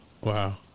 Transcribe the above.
Wow